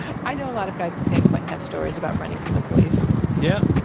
i know a lot of guys in san quentin have stories about running from the police yep.